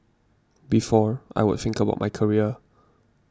before I would think about my career